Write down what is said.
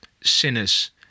sinners